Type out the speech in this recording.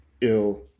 ill